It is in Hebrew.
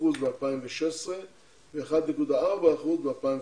ב-2016 ו-1.4% ב-2015.